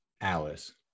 Alice